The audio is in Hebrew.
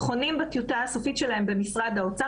המבחנים חונים בטיוטה הסופית שלהם במשרד האוצר.